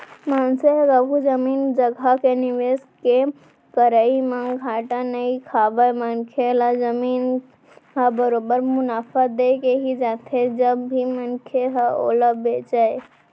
मनसे ह कभू जमीन जघा के निवेस के करई म घाटा नइ खावय मनखे ल जमीन ह बरोबर मुनाफा देके ही जाथे जब भी मनखे ह ओला बेंचय